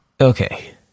Okay